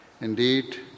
Indeed